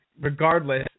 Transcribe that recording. regardless